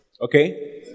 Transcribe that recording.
Okay